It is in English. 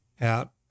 out